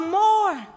more